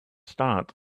start